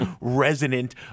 resonant